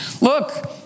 look